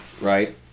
right